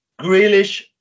Grealish